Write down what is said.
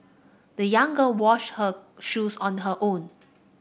the young girl washed her shoes on her own